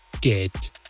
get